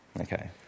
Okay